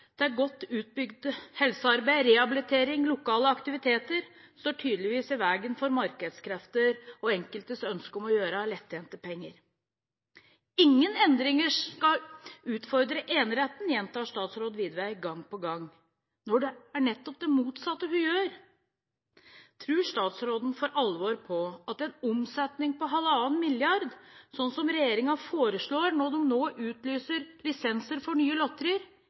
bidrar til godt utbygd helsearbeid, rehabilitering og lokale aktiviteter, står tydeligvis i veien for markedskrefter og enkeltes ønske om å gjøre lettjente penger. Ingen endringer skal utfordre eneretten, gjentar statsråd Widvey gang på gang – når det nettopp er det motsatte hun gjør. Tror statsråden for alvor på at en omsetning på 1,5 mrd. kr, sånn regjeringen foreslår når man utlyser lisenser for nye lotterier,